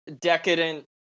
decadent